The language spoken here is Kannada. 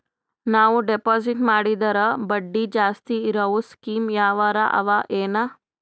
ನಾವು ಡೆಪಾಜಿಟ್ ಮಾಡಿದರ ಬಡ್ಡಿ ಜಾಸ್ತಿ ಇರವು ಸ್ಕೀಮ ಯಾವಾರ ಅವ ಏನ?